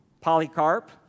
Polycarp